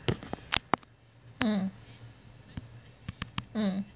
mm mm